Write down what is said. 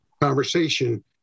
conversation